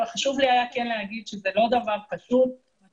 היה לי חשוב לומר שזה לא דבר פשוט אלא